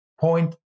point